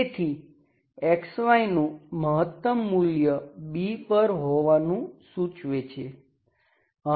તેથી નું મહત્તમ મૂલ્ય B પર હોવાનું સૂચવે છે